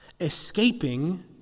Escaping